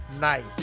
nice